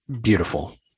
beautiful